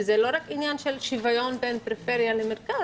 שזה לא רק עניין של שוויון בין פריפריה למרכז,